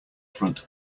front